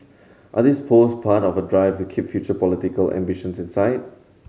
are these post part of a drive to keep future political ambitions in sight